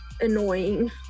annoying